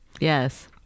Yes